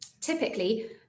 Typically